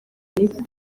n’iki